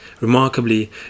Remarkably